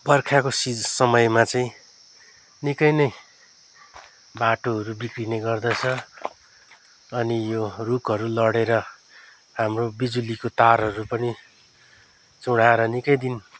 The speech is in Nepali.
बर्खाको समयमा चाहिँ निकै नै बाटोहरू बिग्रिने गर्दछ अनि यो रुखहरू लडेर हाम्रो बिजुलीको तारहरू पनि चुँढाएर निकै दिन